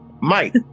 Mike